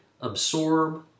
absorb